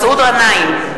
מסעוד גנאים,